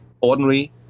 ordinary